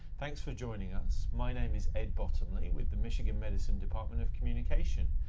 thanks for joining us. my name is ed bottomly, with the michigan medicine department of communication.